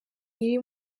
iri